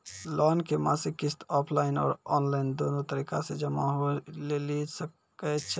Loan के मासिक किस्त ऑफलाइन और ऑनलाइन दोनो तरीका से जमा होय लेली सकै छै?